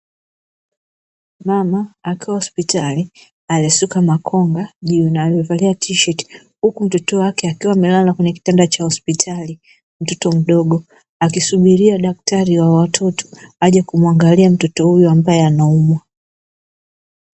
Mama akiwa hospitali aliye suka makonga juu na aliyevalia tisheti huku mtoto wake akiwa amelala kwenye kitanda cha hospitali, mtoto mdogo akisubiria daktari wa watoto aje kumwangalia mtoto huyo ambaye anaumwa.